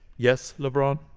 yes, lebron?